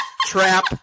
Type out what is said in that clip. Trap